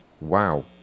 wow